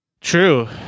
True